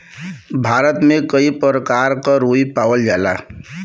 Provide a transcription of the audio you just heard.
भारत में कई परकार क रुई पावल जाला